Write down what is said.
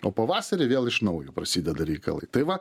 o pavasarį vėl iš naujo prasideda reikalai tai va